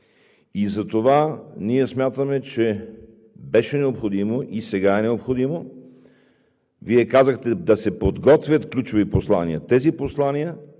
и затова ние смятаме, че беше необходимо и сега е необходимо – Вие казахте: да се подготвят ключови послания. Тези послания